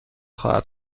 خواهد